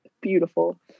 beautiful